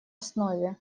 основе